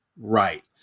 right